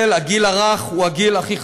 שהגיל הרך הוא הגיל הכי חשוב.